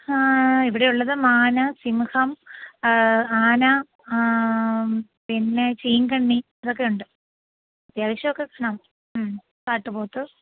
ഹാ ഇവിടെയുള്ളത് മാൻ സിംഹം ആന പിന്നെ ചീങ്കണ്ണി ഇതൊക്കെയുണ്ട് അത്യാവശ്യം ഒക്കെ കാണാം കാട്ടുപോത്ത്